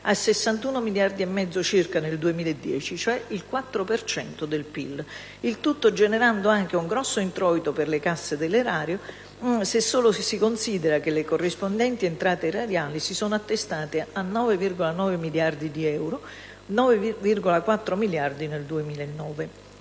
a 61,4 miliardi del 2010 (il 4 per cento circa del PIL); il tutto generando anche un grosso introito per le casse dell'erario se solo si considera che le corrispondenti entrate erariali si sono attestate a 9,9 miliardi di euro (9,4 miliardi nel 2009).